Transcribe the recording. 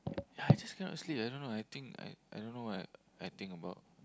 yeah I just cannot sleep I don't know I think I I don't know what I think about